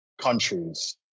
countries